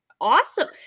Awesome